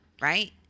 right